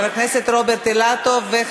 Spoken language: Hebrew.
חברת הכנסת זהבה גלאון מתנגדת.